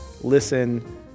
listen